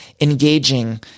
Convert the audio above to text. engaging